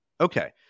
Okay